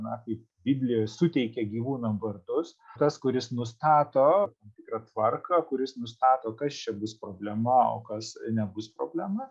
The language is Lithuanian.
na kaip biblijoje suteikė gyvūnam vardus tas kuris nustato tam tikrą tvarką kuris nustato kas čia bus problema o kas nebus problema